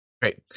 Great